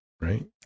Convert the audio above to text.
right